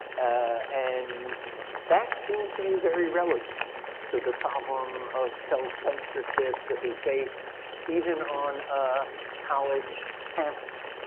and that seems to me very relevant to the problem of self censorship that we face even on a college campus.